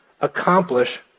accomplish